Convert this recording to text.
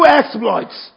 exploits